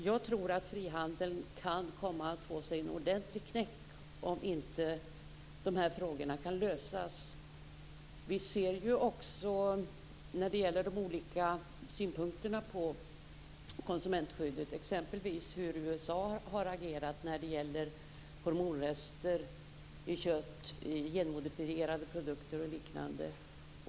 Jag tror att frihandeln kan komma att få sig en ordentlig knäck om de här frågorna inte kan lösas. Vi ser också när det gäller de olika synpunkterna på konsumentskyddet hur exempelvis USA har agerat när det gäller hormonrester i kött, genmodifierade produkter och liknande.